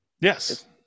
Yes